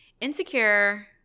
Insecure